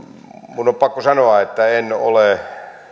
minun on pakko sanoa että en ole